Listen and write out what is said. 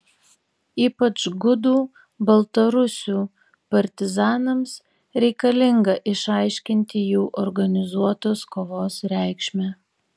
ypač gudų baltarusių partizanams reikalinga išaiškinti jų organizuotos kovos reikšmę